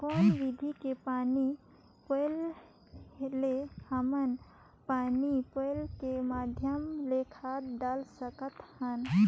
कौन विधि के पानी पलोय ले हमन पानी पलोय के माध्यम ले खाद डाल सकत हन?